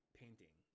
painting